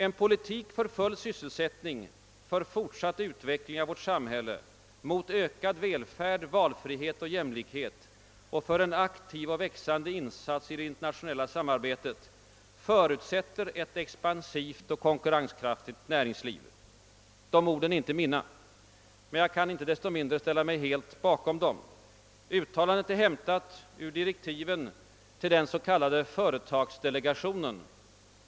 »En politik för full sysselsättning, för fortsatt utveckling av vårt samhälle, mot ökad välfärd, valfrihet och jämlikhet och för en aktiv och växande insats i det internationella samarbetet förutsätter ett expansivt och konkurrenskraftigt näringsliv.» Dessa ord är inte mina, men jag kan inte desto mindre ställa mig helt bakom dem. Uttalandet är hämtat ur direktiven till den så kallade företagsdelegationen.